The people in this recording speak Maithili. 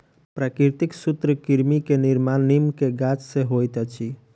प्राकृतिक सूत्रकृमि के निर्माण नीम के गाछ से होइत अछि